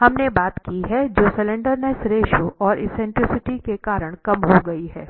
हमने बात की है जो स्लैंडरनेस रेश्यो और एक्सेंट्रिसिटी के कारण कम हो गई है